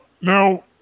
Now